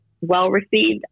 well-received